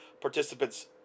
participants